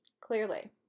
Clearly